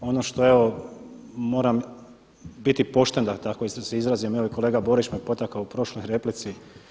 Ono što evo moram biti pošten da tako se izrazim, evo i kolega Borić me potakao u prošloj replici.